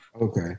okay